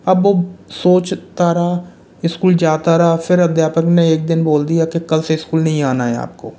अब वो सोचता रहा स्कूल जाता रहा फिर अध्यापक ने एक दिन बोल दिया कि कल से स्कूल नहीं आना है आपको